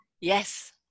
Yes